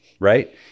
Right